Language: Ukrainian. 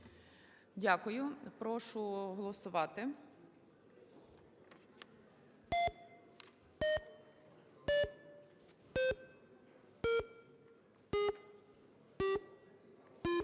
Дякую. Прошу голосувати.